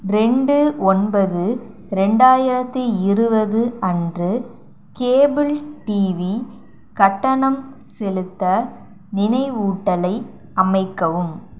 ரெண்டு ஒன்பது ரெண்டாயிரத்து இருபது அன்று கேபிள் டிவி கட்டணம் செலுத்த நினைவூட்டலை அமைக்கவும்